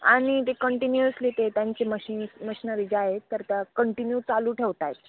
आणि ते कंटिन्यूअसली ते त्यांची मशीन्स मशनरी जे आहेत तर त्या कंटिन्यू चालू ठेवत आहेत